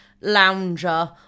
lounger